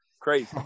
Crazy